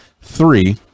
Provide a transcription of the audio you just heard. three